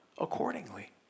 accordingly